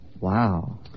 Wow